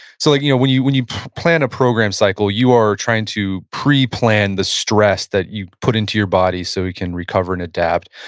so like you know when you when you plan a program cycle, you are trying to pre-plan the stress that you put into your body so you can recover and adapt.